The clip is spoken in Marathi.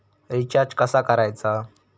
रिचार्ज कसा करायचा?